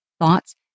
thoughts